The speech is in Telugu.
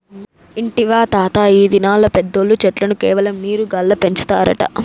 ఇంటివా తాతా, ఈ దినాల్ల పెద్దోల్లు చెట్లను కేవలం నీరు గాల్ల పెంచుతారట